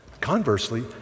Conversely